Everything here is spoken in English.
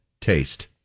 taste